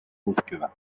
búsqueda